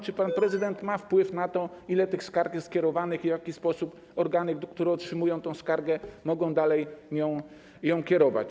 Czy pan prezydent ma wpływ na to, ile tych skarg jest kierowanych, i w jaki sposób organy, które otrzymują taką skargę, mogą dalej ją kierować?